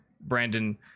Brandon